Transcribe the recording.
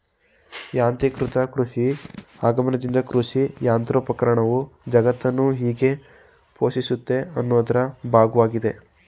ಯಾಂತ್ರೀಕೃತ ಕೃಷಿ ಆಗಮನ್ದಿಂದ ಕೃಷಿಯಂತ್ರೋಪಕರಣವು ಜಗತ್ತನ್ನು ಹೇಗೆ ಪೋಷಿಸುತ್ತೆ ಅನ್ನೋದ್ರ ಭಾಗ್ವಾಗಿದೆ